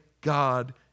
God